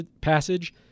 passage